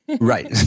Right